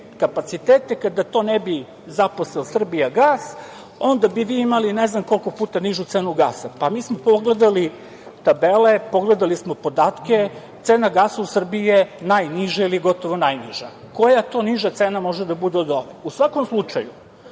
kapacitete, kada to ne bi zaposeo "Srbijagas", onda bi vi imali ne znam koliko puta nižu cenu gasa. Mi smo pogledali tabele, pogledali smo podatke, cena gasa u Srbiji je najniža ili gotovo najniža. Koja to niža cena može da bude od ove?U svakom slučaju,